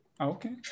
Okay